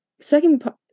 second